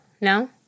No